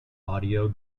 audio